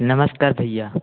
नमस्कार भैया